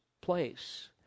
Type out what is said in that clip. place